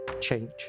change